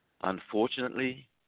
Unfortunately